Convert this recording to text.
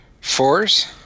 Fours